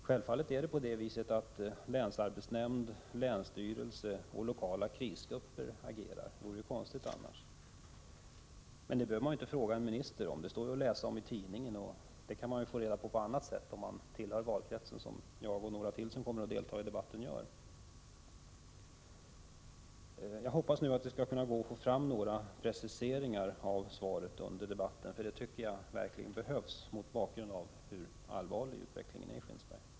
Självfallet agerar nu länsarbetsnämnd, länsstyrelse och lokala krisgrupper — konstigt vore det ju annars. Men detta behöver man inte ställa frågor till en minister om för att få veta. Det står ju att läsa om i tidningen, och det kan man få veta på annat sätt om man, som jag och några till som kommer att delta i debatten, tillhör den aktuella valkretsen. Jag hoppas att det under debatten skall gå att få fram några preciseringar av svaret, för detta behövs verkligen mot bakgrund av den allvarliga utvecklingen i Skinnskatteberg.